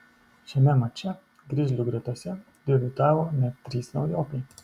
šiame mače grizlių gretose debiutavo net trys naujokai